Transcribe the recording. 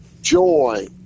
joy